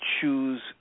choose